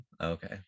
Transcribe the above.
okay